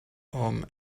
homme